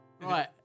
right